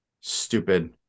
stupid